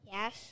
Yes